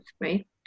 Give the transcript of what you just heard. right